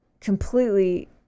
completely